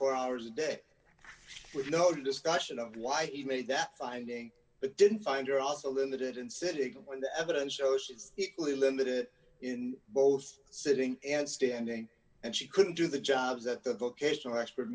four hours a day with no discussion of why he made that finding but didn't find her also limited and said it when the evidence shows it's really limited in both sitting and standing and she couldn't do the job that the case an expert